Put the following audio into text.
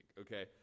okay